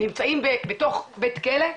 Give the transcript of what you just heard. נמצאים בתוך בית כלא,